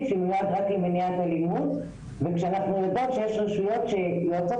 שמיועד רק למניעת אלימות וכשאנחנו יודעות שיש רשויות שיועצות